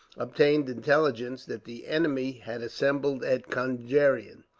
obtained intelligence that the enemy had assembled at conjeveram.